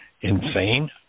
insane